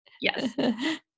Yes